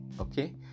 Okay